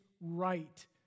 right